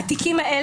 כמה תיקים יש,